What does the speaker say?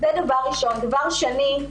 דבר שני,